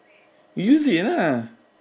use it ah